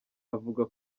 avuga